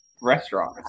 restaurant